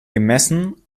gemessen